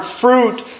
fruit